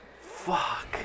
fuck